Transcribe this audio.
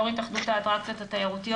יו"ר התאחדות האטרקציות התיירותיות.